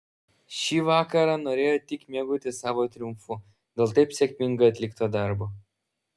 šį vakarą norėjo tik mėgautis savo triumfu dėl taip sėkmingai atlikto darbo